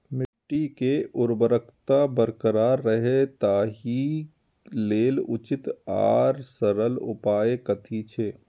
मिट्टी के उर्वरकता बरकरार रहे ताहि लेल उचित आर सरल उपाय कथी छे?